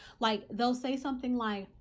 like they'll say something like,